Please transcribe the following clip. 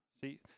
see